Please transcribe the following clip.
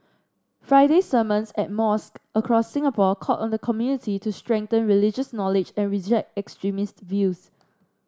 Friday sermons at mosque across Singapore called on the community to strengthen religious knowledge and reject extremist views